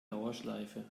dauerschleife